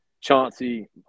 Chauncey